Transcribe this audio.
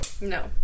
No